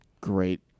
Great